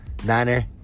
niner